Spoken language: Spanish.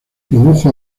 produjo